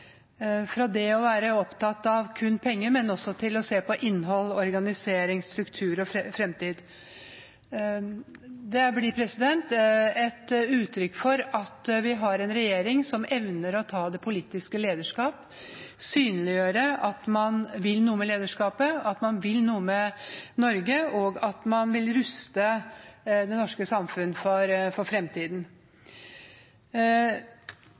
fra det å være opptatt av kun penger til også å se på innhold, organiseringsstruktur og fremtid. Det blir et uttrykk for at vi har en regjering som evner å ta det politiske lederskap, synliggjøre at man vil noe med lederskapet, at man vil noe med Norge, og at man vil ruste det norske samfunn for fremtiden.